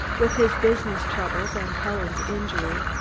with his business troubles and helen's injury.